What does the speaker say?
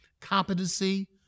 competency